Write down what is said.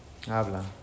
habla